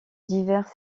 divers